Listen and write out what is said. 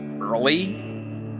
early